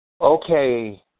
Okay